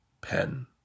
Pen